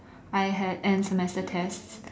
I had end semester tests